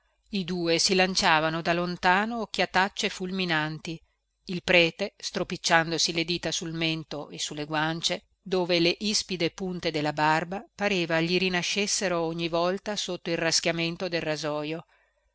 i due si lanciavano da lontano occhiatacce fulminanti il prete stropicciandosi le dita sul mento e su le guance dove le ispide punte della barba pareva gli rinascessero ogni volta sotto il raschiamento del rasojo